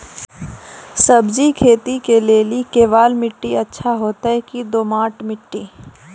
सब्जी खेती के लेली केवाल माटी अच्छा होते की दोमट माटी?